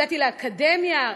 הגעתי לאקדמיה,